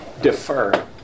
defer